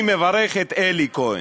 אני מברך את אלי כהן.